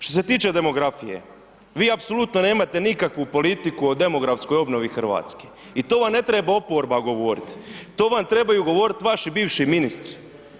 Što se tiče demografije, vi apsolutno nemate nikakvu politiku o demografskoj obnovi RH i to vam ne treba oporba govorit, to vam trebaju govorit vaši bivši ministri.